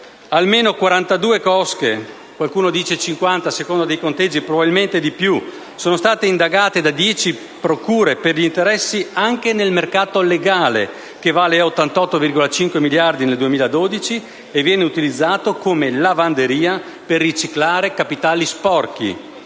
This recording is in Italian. Almeno 42 cosche, qualcuno dice 50, a seconda dei conteggi, probabilmente sono di più, sono state indagate da dieci procure per gli interessi anche nel mercato legale, che vale 88,5 miliardi nel 2012 e viene utilizzato come lavanderia per riciclare capitali sporchi,